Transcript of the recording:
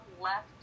left